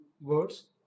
words